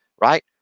right